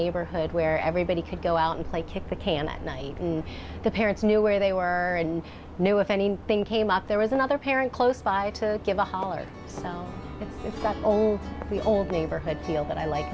neighborhood where everybody could go out and play kick the can at night and the parents knew where they were and knew if any thing came up there was another parent close by to give a holler so that the old neighborhood that i like